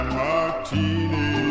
martini